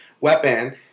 weapon